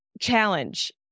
challenge